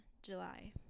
July